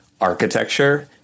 architecture